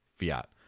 fiat